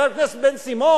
חבר הכנסת בן-סימון,